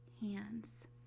hands